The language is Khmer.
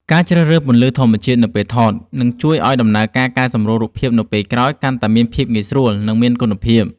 ការជ្រើសរើសពន្លឺធម្មជាតិនៅពេលថត នឹងជួយឱ្យដំណើរការកែសម្រួលរូបភាពនៅពេលក្រោយកាន់តែងាយស្រួល និងមានគុណភាព។